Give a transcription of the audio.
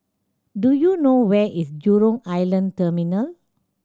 do you know where is Jurong Island Terminal